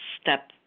step